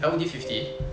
L_D fifty